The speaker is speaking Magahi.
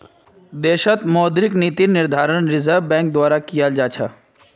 देशत मौद्रिक नीतिर निर्धारण रिज़र्व बैंक द्वारा कियाल जा छ